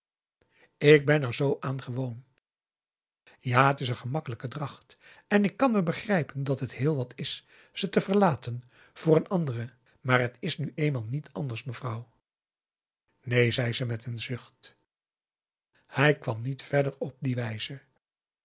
ik ben er zoo aan gewoon ja t is een gemakkelijke dracht en ik kan me begrijpen dat het heel wat is ze te verlaten voor een andere maar t is nu eenmaal niet anders mevrouw neen zei ze met een zucht hij kwam niet verder op die wijze